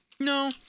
No